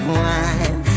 wine